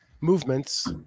movements